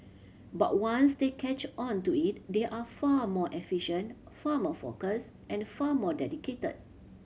but once they catch on to it they are far more efficient far more focused and far more dedicated